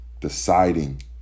deciding